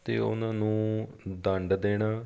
ਅਤੇ ਉਹਨਾਂ ਨੂੰ ਦੰਡ ਦੇਣਾ